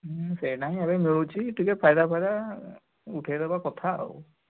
ହୁଁ ସେଇଟା ହିଁ ଏବେ ମିଳୁଛି ଟିକେ ଫାଇଦା ଫାଇଦା ଉଠାଇ ଦେବା କଥା ଆଉ